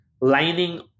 lining